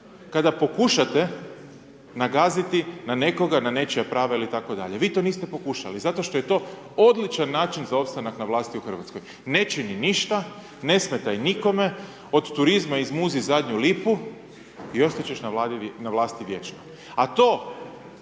kada pokušate nagaziti na nekoga, na nečija prava ili tako dalje, vi to niste pokušali, zato što je to odličan način za ostanak na vlasti u Hrvatskoj. Ne čini ništa, ne smetaj nikome, od turizma izmuzi zadnju lipu i ostat ćeš na vlasti vječno. A to